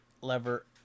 lever